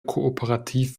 kooperativ